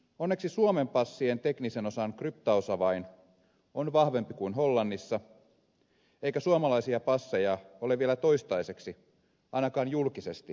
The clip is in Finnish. onneksi suomen passien teknisen osan kryptausavain on vahvempi kuin hollannissa eikä suomalaisia passeja ole vielä toistaiseksi ainakaan julkisesti murrettu